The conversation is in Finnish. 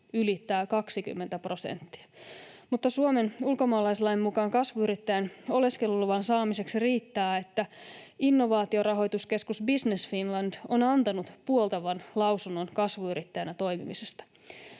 ylittää 20 prosenttia. Mutta Suomen ulkomaalaislain mukaan kasvuyrittäjän oleskeluluvan saamiseksi riittää, että Innovaatiorahoituskeskus Business Finland on antanut puoltavan lausunnon kasvuyrittäjänä toimimisesta.